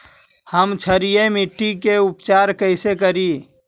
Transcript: हम क्षारीय मिट्टी के उपचार कैसे करी?